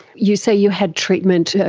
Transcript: you say you had treatment.